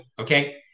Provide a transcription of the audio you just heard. okay